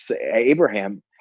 Abraham